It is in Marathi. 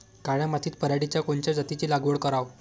काळ्या मातीत पराटीच्या कोनच्या जातीची लागवड कराव?